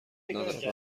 ندارد